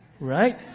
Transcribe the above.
Right